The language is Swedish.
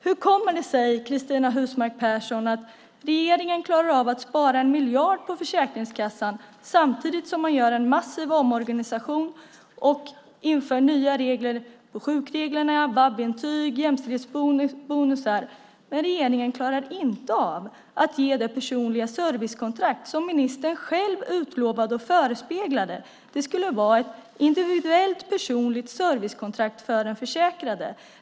Hur kommer det sig, Cristina Husmark Pehrsson, att regeringen klarar av att spara 1 miljard på Försäkringskassan samtidigt som man gör en massiv omorganisation och inför nya sjukregler, VAB-intyg och jämställdhetsbonusar, men inte klarar av att ge det personliga servicekontrakt som ministern själv utlovade och förespeglade? Det skulle vara ett individuellt personligt servicekontrakt för den försäkrade.